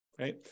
right